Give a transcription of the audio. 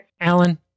Alan